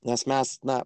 nes mes na